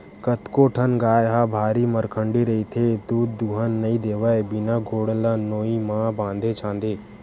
कतको ठन गाय ह भारी मरखंडी रहिथे दूद दूहन नइ देवय बिना गोड़ ल नोई म बांधे छांदे